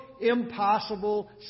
impossible